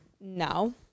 no